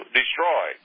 destroy